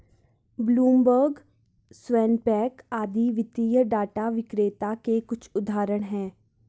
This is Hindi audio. ब्लूमबर्ग, रवेनपैक आदि वित्तीय डाटा विक्रेता के कुछ उदाहरण हैं